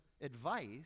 advice